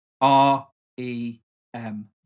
R-E-M